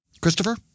Christopher